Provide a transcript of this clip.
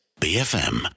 BFM